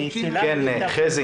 חזי